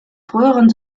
früheren